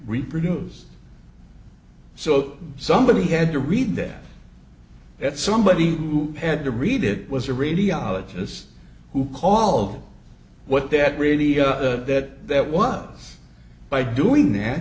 reproduced so somebody had to read them that somebody who had to read it was a radiologist who call what that really that that was by doing that